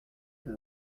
rue